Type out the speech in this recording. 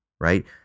right